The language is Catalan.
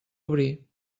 obrir